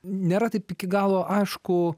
nėra taip iki galo aišku